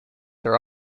are